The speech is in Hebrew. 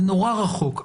זה נורא רחוק.